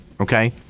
okay